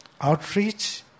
outreach